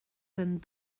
den